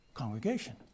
congregation